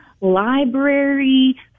library